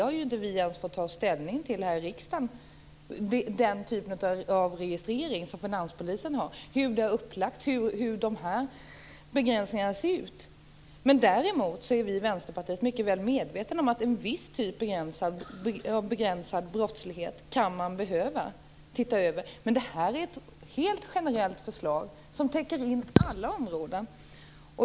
Hur den typen av registrering som finanspolisen gör är upplagd och hur begränsningarna ser ut har vi inte ens fått ta ställning till här i riksdagen. Däremot är vi i Vänsterpartiet mycket väl medvetna om att man kan behöva se över en viss typ av begränsad brottslighet. Men det här är ett helt generellt förslag som täcker in alla områden.